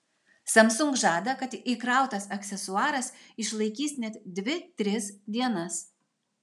samsung žada kad įkrautas aksesuaras išlaikys net dvi tris dienas